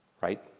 right